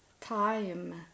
time